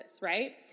right